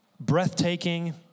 breathtaking